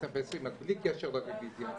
אז בלי קשר לרוויזיה.